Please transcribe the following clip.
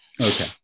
Okay